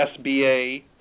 SBA